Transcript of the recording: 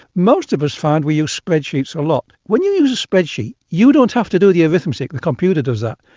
most of us find we use spreadsheets a lot. if you use a spreadsheet you don't have to do the arithmetic, the computer does that.